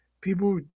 people